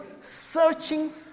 searching